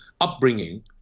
upbringing